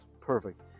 Perfect